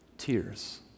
tears